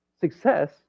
success